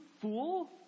fool